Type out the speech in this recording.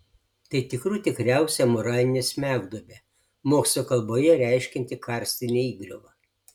tai tikrų tikriausia moralinė smegduobė mokslo kalboje reiškianti karstinę įgriuvą